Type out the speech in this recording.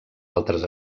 altres